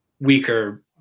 weaker